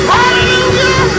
Hallelujah